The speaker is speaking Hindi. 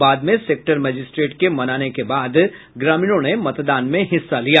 बाद में सेक्टर मजिस्ट्रेट के मनाने के बाद ग्रामीणों ने मतदान में हिस्सा लिया